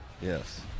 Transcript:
Yes